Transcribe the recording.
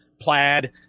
plaid